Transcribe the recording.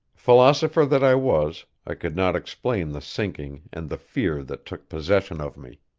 philosopher that i was i could not explain the sinking and the fear that took possession of me.